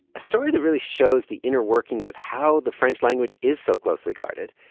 a story that really shows the inner workings of how the french language is so closely guarded.